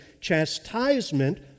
chastisement